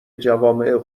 جوامع